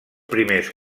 primers